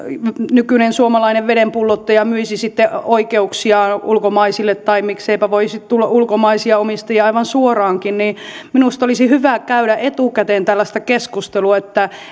nykyinen suomalainen vedenpullottaja myisi sitten oikeuksiaan ulkomaisille tai mikseipä voisi tulla ulkomaisia omistajia aivan suoraankin niin minusta olisi hyvä käydä etukäteen tällaista keskustelua